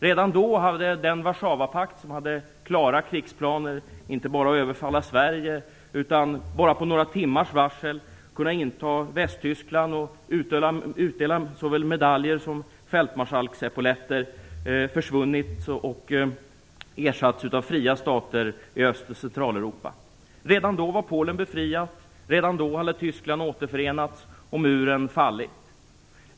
Redan då hade den Warszawapakt som hade klara krigsplaner, inte bara att överfalla Sverige utan att med bara några timmars varsel kunna inta Västtyskland och utdela såväl medaljer som fältmarskalksepåletter, försvunnit och ersatts av fria stater i Öst och Centraleuropa. Redan då var Polen befriat. Redan då hade Tyskland återförenats och muren fallit.